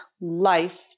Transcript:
life